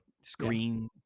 screen